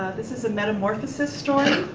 this is a metamorphosis drawing.